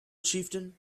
chieftain